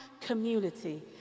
community